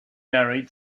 married